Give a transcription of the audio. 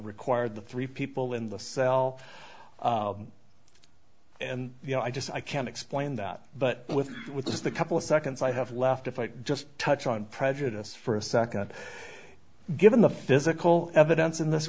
required the three people in the cell and you know i just i can't explain that but with just a couple seconds i have left if i could just touch on prejudice for a second given the physical evidence in this